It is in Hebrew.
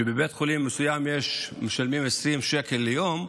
שבבית חולים מסוים משלמים 20 שקל ליום,